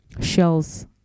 shells